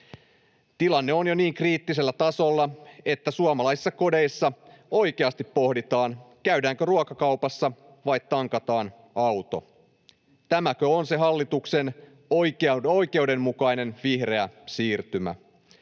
Tilanne on jo niin kriittisellä tasolla, että suomalaisissa kodeissa oikeasti pohditaan, käydäänkö ruokakaupassa vai tankataanko auto. Tämäkö on se hallituksen oikeudenmukainen vihreä siirtymä?